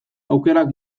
aukerak